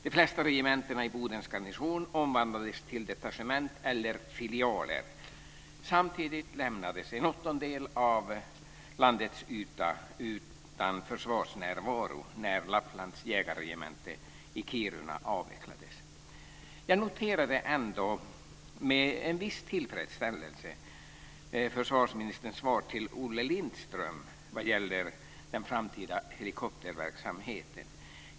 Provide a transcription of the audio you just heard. De flesta regementen i Bodens garnison omvandlades till detachement eller filialer. Samtidigt lämnades en åttondel av landets yta utan försvarsnärvaro när Lapplands jägarregemente i Kiruna avvecklades. Jag noterade ändå med en viss tillfredsställelse försvarsministerns svar till Olle Lindström vad gäller den framtida helikopterverksamheten.